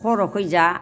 खर'खैजा